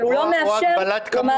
אבל הוא לא מאפשר להגיד לאדם: